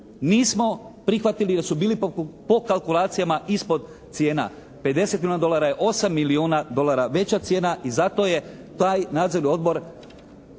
Nismo prihvatili jer su bili po kalkulacijama ispod cijena 50 milijuna dolara je 8 milijuna dolara veća cijena i zato je taj nadzorni odbor